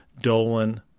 Dolan